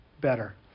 better